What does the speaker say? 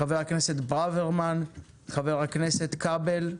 חבר הכנסת ברוורמן, חבר הכנסת כבל.